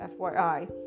fyi